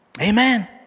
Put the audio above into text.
Amen